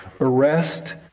arrest